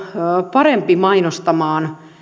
parempi mainostamaan